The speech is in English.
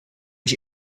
she